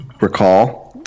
recall